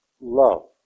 love